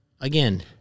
Again